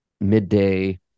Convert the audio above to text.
midday